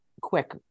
quick